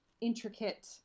intricate